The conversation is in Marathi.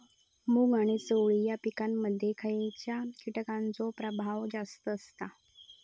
मूग आणि चवळी या पिकांमध्ये खैयच्या कीटकांचो प्रभाव जास्त असता?